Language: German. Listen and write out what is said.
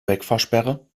wegfahrsperre